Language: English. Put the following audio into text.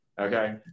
Okay